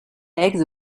eggs